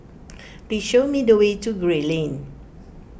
please show me the way to Gray Lane